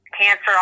cancer